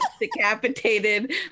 decapitated